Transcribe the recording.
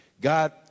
God